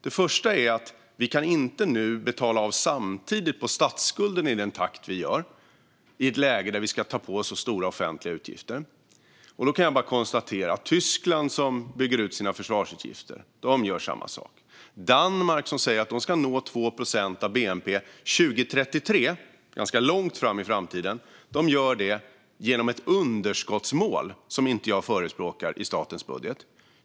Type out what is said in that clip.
Det första är att vi nu inte samtidigt kan betala av på statsskulden i den takt vi gör i ett läge där vi ska ta på oss så stora offentliga utgifter. Jag kan bara konstatera att Tyskland som bygger ut sina försvarsutgifter gör samma sak. Danmark, som säger att landet ska nå 2 procent av bnp 2033, ganska långt fram i framtiden, gör det genom ett underskottsmål i statens budget som inte jag förespråkar.